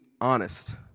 honest